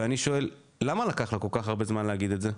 ואני שואל למה לקח לך כל כך הרבה זמן להגיד את זה?